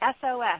SOS